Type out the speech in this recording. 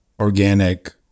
organic